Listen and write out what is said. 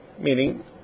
meaning